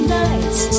nights